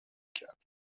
کرد